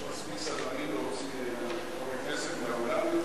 יש מספיק סדרנים להוציא חברי כנסת מהאולם,